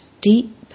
deep